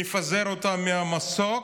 מפזר אותם מהמסוק,